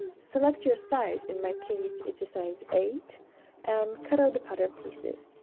select your size, in my case it's a size eight and cut out the pattern pieces.